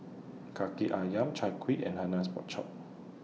Kaki Ayam Chai Kuih and Hainanese Pork Chop